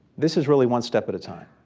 this is really one step at a time.